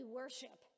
worship